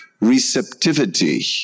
receptivity